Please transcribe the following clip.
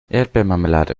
erdbeermarmelade